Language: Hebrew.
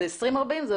למה זה 40?